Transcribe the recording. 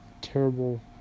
terrible